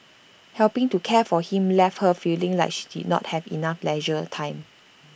helping to care for him left her feeling like she did not have enough leisure time